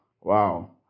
Wow